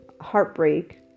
heartbreak